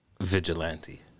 vigilante